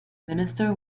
minister